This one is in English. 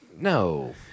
No